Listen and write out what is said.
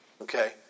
Okay